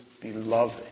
beloved